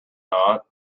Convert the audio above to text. not